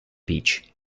beach